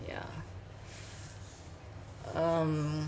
yeah um